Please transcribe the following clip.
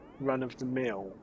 run-of-the-mill